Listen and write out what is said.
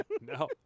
No